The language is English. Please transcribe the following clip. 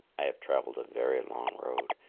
i have travelled a very long road,